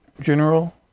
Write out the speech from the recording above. general